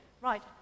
Right